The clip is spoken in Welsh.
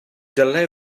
dylai